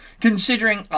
considering